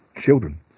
Children